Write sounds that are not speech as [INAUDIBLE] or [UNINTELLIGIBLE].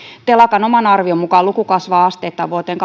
telakan oman arvion mukana luku kasvaa asteittain vuoteen [UNINTELLIGIBLE]